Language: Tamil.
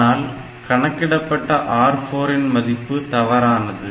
ஆனால் கணக்கிடப்பட்ட R4 இன் மதிப்பு தவறானது